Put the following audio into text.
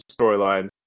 storylines